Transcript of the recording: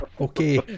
okay